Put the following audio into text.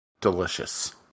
delicious